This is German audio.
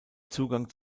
zugang